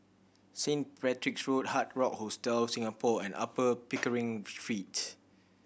Saint Patrick's Road Hard Rock Hostel Singapore and Upper Pickering Street